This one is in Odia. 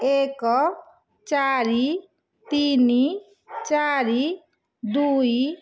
ଏକ ଚାରି ତିନି ଚାରି ଦୁଇ